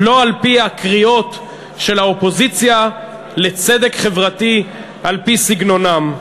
לא על-פי הקריאות של האופוזיציה לצדק חברתי על-פי סגנונן.